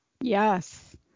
Yes